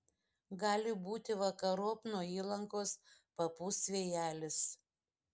gali būti vakarop nuo įlankos papūs vėjelis